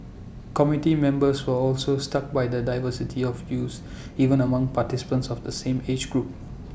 committee members were also stuck by the diversity of views even among participants of the same age group